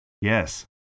Yes